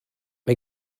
mae